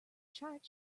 chart